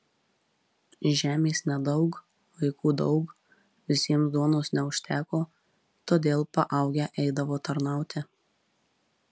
žemės nedaug vaikų daug visiems duonos neužteko todėl paaugę eidavo tarnauti